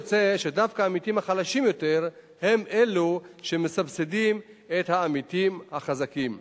יוצא שדווקא העמיתים החלשים יותר הם שמסבסדים את העמיתים החזקים.